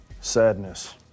sadness